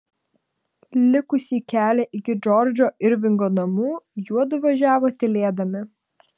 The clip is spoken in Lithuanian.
likusį kelią iki džordžo irvingo namų juodu važiavo tylėdami